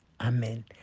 Amen